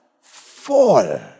fall